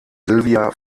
sylvia